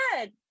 good